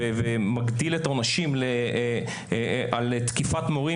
ומקטין את העונשים על תקיפת מורים,